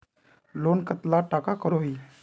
Loan कतला टाका करोही?